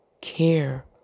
care